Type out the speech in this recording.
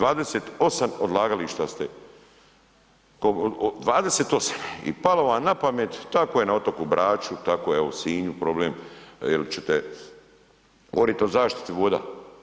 28 odlagališta ste, 28 i palo vam na pamet, tako je na otoku Braču, tako je evo u Sinju problem jer ćete govoriti o zaštiti voda.